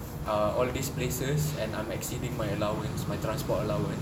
uh all these places and I'm exceeding my allowance my transport allowance